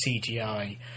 cgi